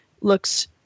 looks